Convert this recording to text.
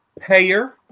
payer